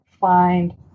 find